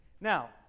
Now